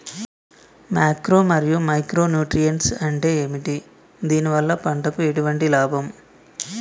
Macro మరియు micro nutrients అంటే ఏమిటి? దీనివల్ల పంటకు ఎటువంటి లాభం?